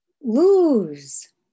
Lose